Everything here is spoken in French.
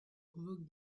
provoque